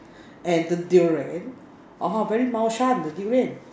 and the Durian orh very 猫山 the Durian